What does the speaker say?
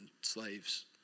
slaves